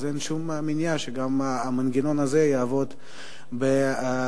אז אין שום מניעה שהמנגנון הזה יעבוד בתיכונים.